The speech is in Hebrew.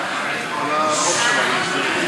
טיסה או שינוי בתנאיה)